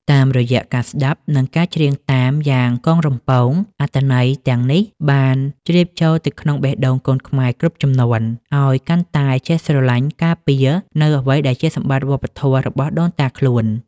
តាមរយៈការស្ដាប់ និងការច្រៀងតាមយ៉ាងកងរំពង អត្ថន័យទាំងនេះបានជ្រាបចូលទៅក្នុងបេះដូងកូនខ្មែរគ្រប់ជំនាន់ ឱ្យកាន់តែចេះស្រឡាញ់ ការពារ នូវអ្វីដែលជាសម្បត្តិវប្បធម៌របស់ដូនតាខ្លួន។